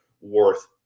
worth